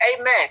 Amen